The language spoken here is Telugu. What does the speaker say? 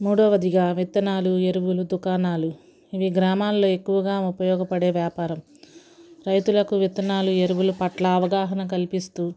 మూడవదిగా విత్తనాలు ఎరువులు దుకాణాలు ఇవి గ్రామాల్లో ఎక్కువగా ఉపయోగపడే వ్యాపారం రైతులకు విత్తనాలు ఎరువులు పట్ల అవగాహన కల్పిస్తూ